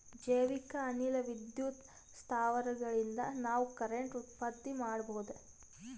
ಜೈವಿಕ್ ಅನಿಲ ವಿದ್ಯುತ್ ಸ್ಥಾವರಗಳಿನ್ದ ನಾವ್ ಕರೆಂಟ್ ಉತ್ಪತ್ತಿ ಮಾಡಬಹುದ್